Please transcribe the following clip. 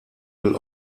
will